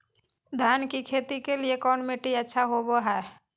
धान की खेती के लिए कौन मिट्टी अच्छा होबो है?